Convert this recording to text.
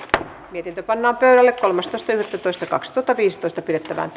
mietintö pannaan pöydälle kolmastoista yhdettätoista kaksituhattaviisitoista pidettävään